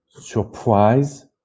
surprise